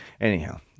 Anyhow